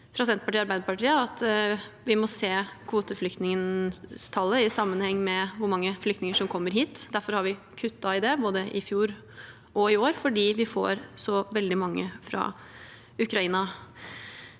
fra Senterpartiet og Arbeiderpartiet mener at vi må se kvoteflyktningtallet i sammenheng med hvor mange flyktninger som kommer hit. Vi har kuttet i det både i fjor og i år, fordi vi får så veldig mange fra Ukraina.